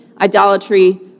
idolatry